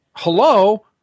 hello